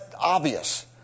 obvious